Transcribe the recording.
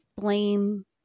blame